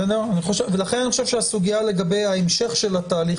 ולכן אני חושב שהסוגיה לגבי ההמשך של התהליך